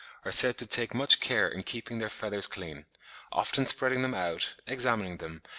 are said to take much care in keeping their feathers clean often spreading them out, examining them,